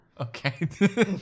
Okay